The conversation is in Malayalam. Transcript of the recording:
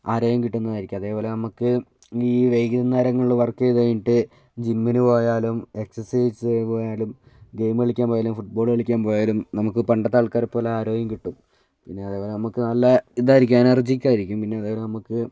ആരോഗ്യം കിട്ടുന്നതായിരിക്കും അതേപോലെ നമ്മൾക്ക് ഈ വൈകുന്നേരങ്ങളിൽ വർക്ക് ചെയ്തു കഴിഞ്ഞിട്ട് ജിമ്മിന് പോയാലും എക്സർസൈസ് പോയാലും ഗെയിമ് കളിക്കാൻ പോയാലും ഫുട്ബോള് കളിക്കാൻ പോയാലും നമുക്ക് പണ്ടത്തെ ആൾക്കാരെ പോലെ ആരോഗ്യം കിട്ടും പിന്നെ അതേപോലെ നമുക്ക് നല്ല ഇതായിരിക്കും എനർജിക്ക് ആ യിരിക്കും പിന്നെ അതേപോലെ നമ്മൾക്ക്